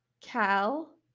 cal